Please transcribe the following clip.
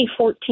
2014